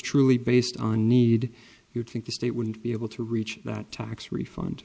truly based on need you think the state wouldn't be able to reach that tax refund